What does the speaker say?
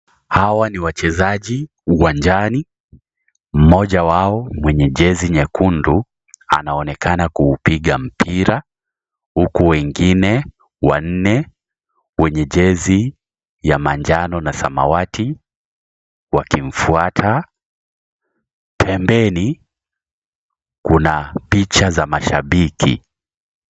Hawa ni wachezaji uwanjani, mmoja wao mwenye jezi nyekundu anaonekana kuupiga mpira huku wengine wanne wenye jezi ya manjano na samawati wakimfuata. Pembeni kuna picha za mashabiki.